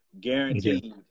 Guaranteed